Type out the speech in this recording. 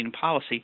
policy